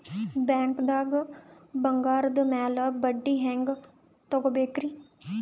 ಬ್ಯಾಂಕ್ದಾಗ ಬಂಗಾರದ್ ಮ್ಯಾಲ್ ಬಡ್ಡಿ ಹೆಂಗ್ ತಗೋಬೇಕ್ರಿ?